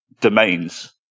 domains